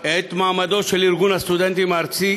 את מעמדו של ארגון הסטודנטים הארצי,